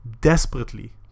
desperately